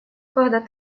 когда